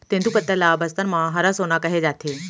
तेंदूपत्ता ल बस्तर म हरा सोना कहे जाथे